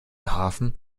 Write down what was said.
hafen